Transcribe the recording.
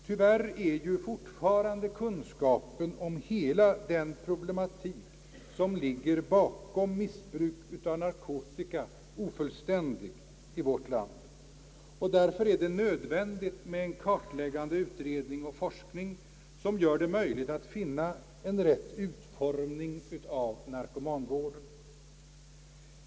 Tyvärr är ju fortfarande kunskapen om hela den problematik som ligger bakom missbruk av narkotika ofullständig i vårt land, och därför är det nödvändigt med en kartläggande utredning och forskning som gör det möjligt att finna en rätt utformning av narkomanvården.